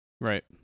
right